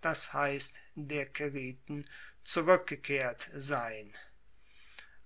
das heisst der caeriten zurueckgekehrt sein